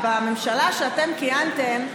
בממשלה שאתם כיהנתם בה,